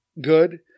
good